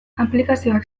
aplikazioak